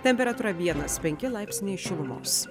temperatūra vienas penki laipsniai šilumos